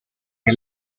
che